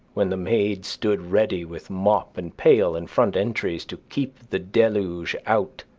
when the maids stood ready with mop and pail in front entries to keep the deluge out,